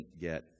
get